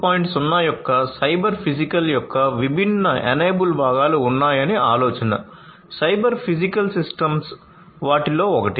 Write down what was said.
0 యొక్క cyber physical యొక్క విభిన్న ఎనేబుల్ భాగాలు ఉన్నాయని ఆలోచన సైబర్ ఫిజికల్ సిస్టమ్స్ వాటిలో ఒకటి